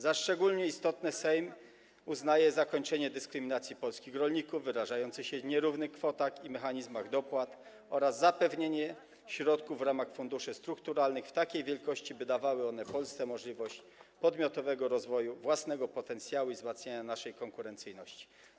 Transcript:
Za szczególnie istotne Sejm uznaje zakończenie dyskryminacji polskich rolników, wyrażającej się w nierównych kwotach i mechanizmach dopłat, oraz zapewnienie środków w ramach funduszy strukturalnych w takiej wielkości, by dawały one Polsce możliwość podmiotowego rozwoju własnego potencjału i wzmacniania konkurencyjności.